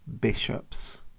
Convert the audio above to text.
bishops